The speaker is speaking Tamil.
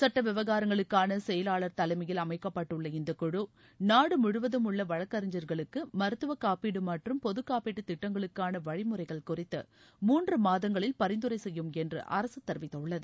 சட்ட விவகாரங்களுக்கான செயலாளர் தலைமையில் அமைக்கப்பட்டுள்ள இந்த குழு நாடு முழுவதம் உள்ள வழக்கறிஞர்களுக்கு மருத்துவக் காப்பீடு மற்றும் பொது காப்பீடு திட்டங்களுக்கான வழிமுறைகள் குறித்து மூன்று மாதங்களில் பரிந்துரை செய்யும் என்று அரசு தெரிவித்துள்ளது